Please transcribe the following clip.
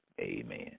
amen